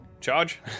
Charge